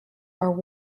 are